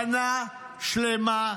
שנה שלמה,